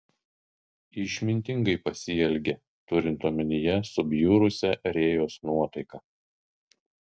išmintingai pasielgė turint omenyje subjurusią rėjos nuotaiką